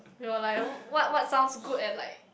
we were like uh what what sounds good at like